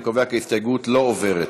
אני קובע כי ההסתייגות לא עברה.